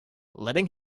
letting